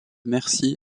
mercie